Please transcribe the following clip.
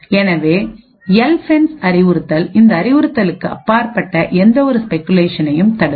எனவே எல்பென்ஸ் அறிவுறுத்தல் அந்த அறிவுறுத்தலுக்கு அப்பாற்பட்ட எந்தவொரு ஸ்பெகுலேஷனையும் தடுக்கும்